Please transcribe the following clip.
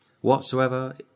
Whatsoever